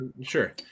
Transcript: Sure